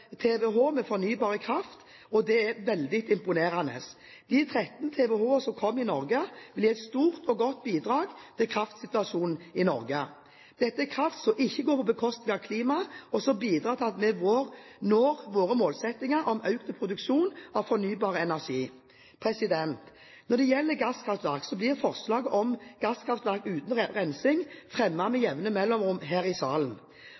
TWh med fornybar kraft. Dette er meget imponerende. De 13 TWh som kommer i Norge, blir et stort og godt bidrag til kraftsituasjonen i Norge. Dette er kraft som ikke går på bekostning av klima, og som bidrar til at vi når våre målsettinger om økt produksjon av fornybar energi. Når det gjelder gasskraftverk, blir forslag om gasskraftverk uten rensing fremmet med jevne mellomrom her i salen.